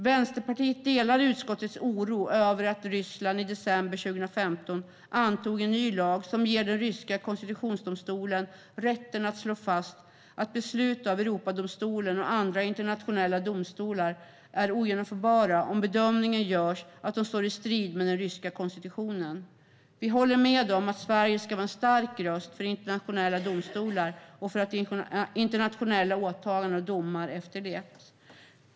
Vänsterpartiet delar utskottets oro över att Ryssland i december 2015 antog en ny lag som ger den ryska konstitutionsdomstolen rätten att slå fast att beslut av Europadomstolen och andra internationella domstolar är ogenomförbara om bedömningen görs att de står i strid med den ryska konstitutionen. Vi håller med om att Sverige ska vara en stark röst för internationella domstolar och för att internationella åtaganden och domar efterlevs.